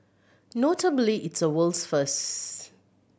notably it's a world's firsts